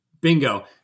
bingo